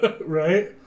Right